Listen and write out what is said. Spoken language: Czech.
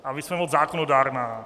A my jsme moc zákonodárná.